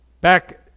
back